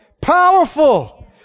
Powerful